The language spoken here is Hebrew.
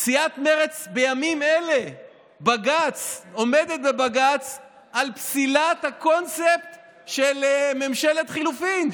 סיעת מרצ בימים אלה עומדת בבג"ץ על פסילת הקונספט של ממשלת חילופין,